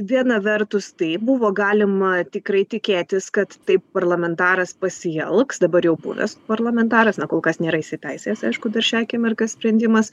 viena vertus taip buvo galima tikrai tikėtis kad taip parlamentaras pasielgs dabar jau buvęs parlamentaras na kol kas nėra įsiteisėjęs aišku dar šią akimirką sprendimas